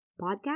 podcast